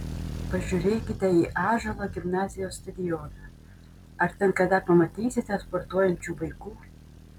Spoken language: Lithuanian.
pažiūrėkite į ąžuolo gimnazijos stadioną ar ten kada pamatysite sportuojančių vaikų